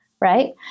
right